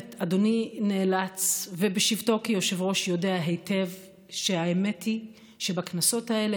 אדוני בשבתו כיושב-ראש יודע היטב שהאמת היא שבכנסות האלה,